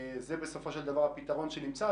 זה בסופו של דבר הפתרון שנימצא.